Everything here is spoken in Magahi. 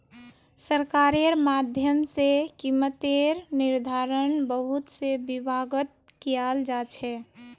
सरकारेर माध्यम से कीमतेर निर्धारण बहुत से विभागत कियाल जा छे